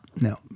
no